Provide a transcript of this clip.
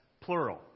plural